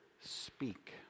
speak